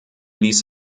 ließ